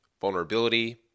vulnerability